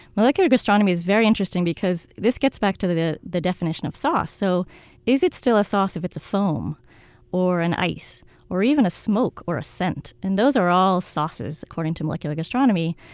molecular gastronomy is very interesting because this gets back to the the definition of sauce so is it still a sauce if it's a foam or an ice or even a smoke or a scent? and those are all sauces, according to molecular gastronomy.